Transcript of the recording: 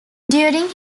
during